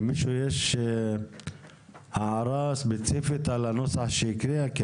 למישהו יש הערה ספציפית על הנוסח שהיא הקריאה?